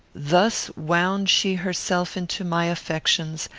thus wound she herself into my affections,